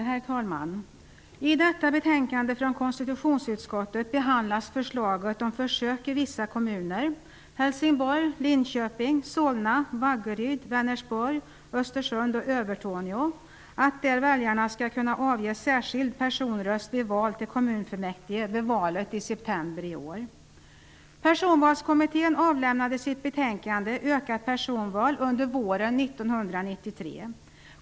Herr talman! I detta betänkande från konstitutionsutskottet behandlas förslaget om försök i vissa kommuner -- Helsingborg, Östersund och Övertorneå -- där väljarna skall kunna avge särskild personröst vid val till kommunfullmäktige vid valet i september i år. Ökat personalval, under våren 1993.